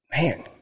Man